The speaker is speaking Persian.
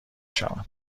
شود